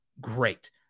great